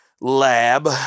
lab